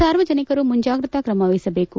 ಸಾರ್ವಜನಿಕರು ಮುಂಜಾಗ್ರತಾ ತ್ರಮ ವಹಿಸಬೇಕು